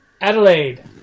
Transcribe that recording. Adelaide